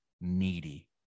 needy